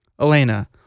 Elena